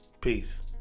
peace